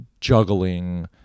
juggling